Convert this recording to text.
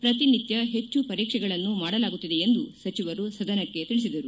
ಪ್ರತಿನಿತ್ಯ ಹೆಚ್ಚು ಪರೀಕ್ಷೆಗಳನ್ನು ಮಾಡಲಾಗುತ್ತಿದೆ ಎಂದು ಸಚಿವರು ಸದನಕ್ಕೆ ತಿಳಿಸಿದರು